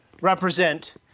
represent